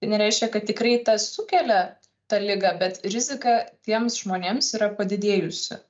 tai nereiškia kad tikrai tas sukelia tą ligą bet rizika tiems žmonėms yra padidėjusi